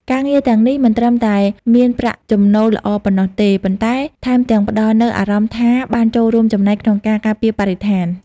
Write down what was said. ការងារទាំងនេះមិនត្រឹមតែមានប្រាក់ចំណូលល្អប៉ុណ្ណោះទេ ប៉ុន្តែថែមទាំងផ្តល់នូវអារម្មណ៍ថាបានចូលរួមចំណែកក្នុងការការពារបរិស្ថាន។